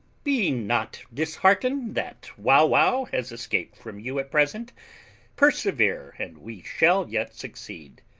be not disheartened that wauwau has escaped from you at present persevere, and we shall yet succeed.